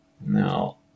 No